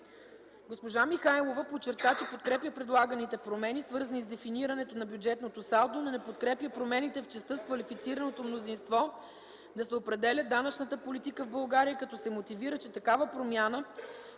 Госпожа Михайлова подчерта, че подкрепя предлаганите промени, свързани с дефинирането на бюджетното салдо, но не подкрепя промените в частта с квалифицирано мнозинство да се определя данъчната политика в България като се мотивира, че такава промяна